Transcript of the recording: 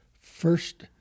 first